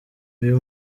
iyo